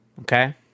okay